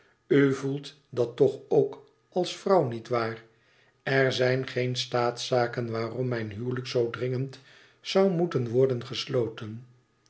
voelt dat toch ook als vrouw niet waar er zijn geen staatszaken waarom mijn huwelijk zoo dringend zoû moeten worden gesloten